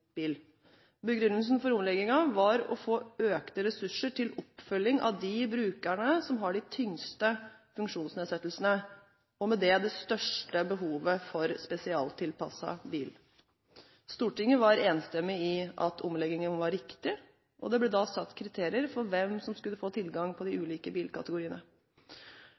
Begrunnelsen for omleggingen var å få økte ressurser til oppfølging av de brukerne som har de tyngste funksjonsnedsettelsene, og med det det største behovet for spesialtilpasset bil. Stortinget var enstemmig i at omleggingen var riktig, og det ble da satt kriterier for hvem som skulle få tilgang på de ulike bilkategoriene.